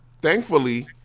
thankfully